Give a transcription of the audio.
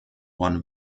one